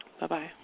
Bye-bye